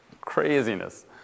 craziness